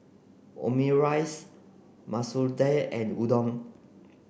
Omurice Masoor Dal and Udon